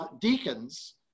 deacons